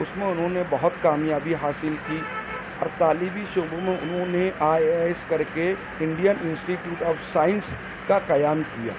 اس میں انہوں نے بہت کامیابی حاصل کی اور تعلیمی شعبوں میں انہوں نے آئی آئی اے ایس کر کے Indian institute of science کا قیام کیا